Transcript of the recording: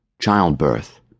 Childbirth